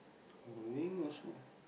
got ring also